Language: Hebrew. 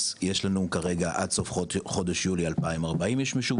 יש לנו כרגע עד סוף חודש יולי כ-2,040 אנשים,